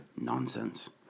nonsense